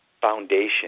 foundation